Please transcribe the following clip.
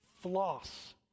Floss